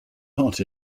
hot